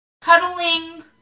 Cuddling